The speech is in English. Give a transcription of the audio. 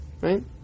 right